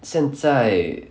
现在